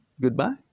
goodbye